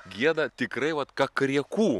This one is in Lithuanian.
gieda tikrai vat kakariekū